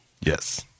yes